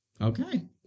Okay